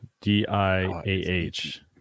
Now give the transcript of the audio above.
D-I-A-H